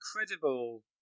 incredible